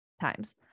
times